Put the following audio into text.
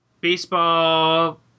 baseball